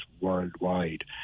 worldwide